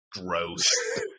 gross